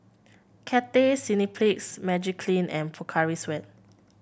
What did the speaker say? Cathay Cineplex Magiclean and Pocari Sweat